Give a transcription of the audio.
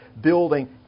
building